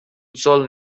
sol